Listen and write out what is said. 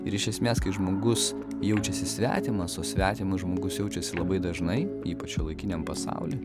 ir iš esmės kai žmogus jaučiasi svetimas o svetimas žmogus jaučiasi labai dažnai ypač šiuolaikiniam pasauly